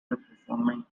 performing